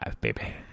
baby